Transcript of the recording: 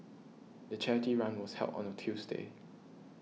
the charity run was held on a Tuesday